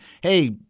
hey